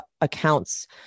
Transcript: accounts